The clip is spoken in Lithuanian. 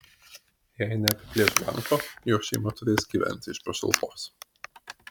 jei neapiplėš banko jo šeima turės gyventi iš pašalpos